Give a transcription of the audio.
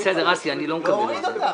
בסדר, אסי, אני לא מקבל את זה.